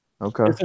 Okay